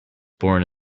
born